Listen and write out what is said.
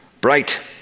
bright